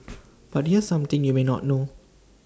but here's something you may not know